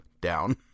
down